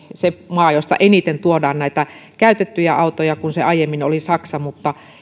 se maa josta eniten tuodaan näitä käytettyjä autoja kun se aiemmin oli saksa mutta